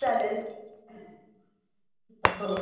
चालेल हो